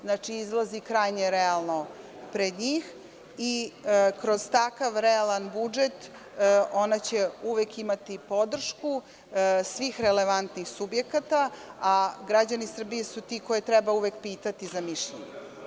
Znači, izlazi krajnje realno pred njih i kroz takav realan budžet ona će uvek imati podršku svih relevantnih subjekata, a građani Srbije su uvek ti koje treba pitati za mišljenje.